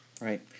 right